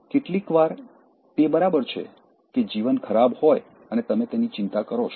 કેટલીકવાર તે બરાબર છે કે જીવન ખરાબ હોય અને તમે તેની ચિંતા કરો છો